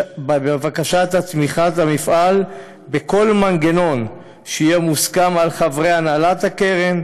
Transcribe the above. בבקשת התמיכה במפעל בכל מנגנון שיהיה מוסכם על חברי הנהלת הקרן.